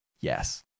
yes